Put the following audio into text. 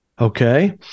Okay